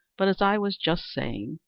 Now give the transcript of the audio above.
but, as i was just saying,